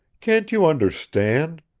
can't you understand?